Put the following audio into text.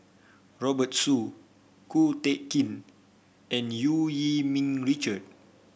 Robert Soon Ko Teck Kin and Eu Yee Ming Richard